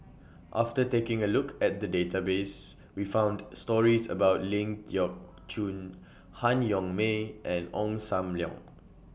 after taking A Look At The Database We found stories about Ling Geok Choon Han Yong May and Ong SAM Leong